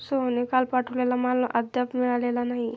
सोहनने काल पाठवलेला माल अद्याप मिळालेला नाही